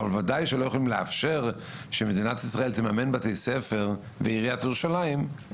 אבל ודאי שלא יכולים לאפשר שמדינת ישראל תממן בתי ספר ועיריית ירושלים,